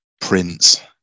prince